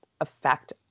affect